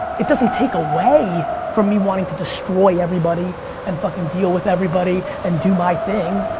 it doesn't take away from me wanting to destroy everybody and fucking deal with everybody and do my thing.